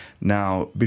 Now